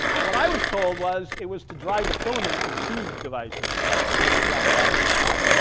what i was told was it was to drive the filaments of tube devices but maybe i'm wrong about that.